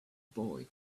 boy